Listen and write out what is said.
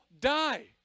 die